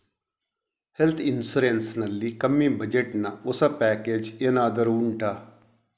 health insurance ನಲ್ಲಿ ಕಮ್ಮಿ budget ನ ಹೊಸ ಪ್ಯಾಕೇಜ್ ಏನಾದರೂ ಉಂಟಾ